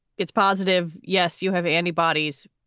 it's positive. yes, you have antibodies.